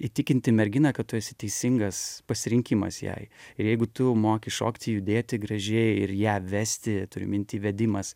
įtikinti merginą kad tu esi teisingas pasirinkimas jai ir jeigu tu moki šokti judėti gražiai ir ją vesti turiu minty vedimas